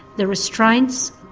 the restraints,